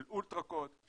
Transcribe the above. של אולטרא-קוד,